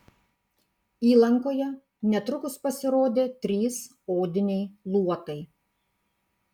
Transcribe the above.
įlankoje netrukus pasirodė trys odiniai luotai